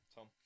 Tom